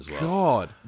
God